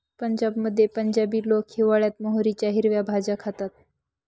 पंजाबमध्ये पंजाबी लोक हिवाळयात मोहरीच्या हिरव्या भाज्या खातात